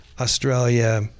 Australia